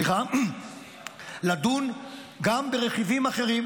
לדון גם ברכיבים אחרים,